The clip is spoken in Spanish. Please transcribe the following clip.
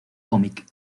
cómic